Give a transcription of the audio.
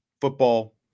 football